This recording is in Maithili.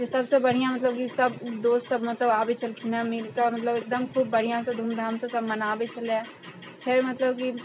कि सबसँ बढ़िआँ मतलब कि दोस्तसब आबै छलखिन हेँ मिलकऽ मतलब एकदम खूब बढ़िआँसँ धूमधामसँ सब मनाबै छलै फेर मतलब कि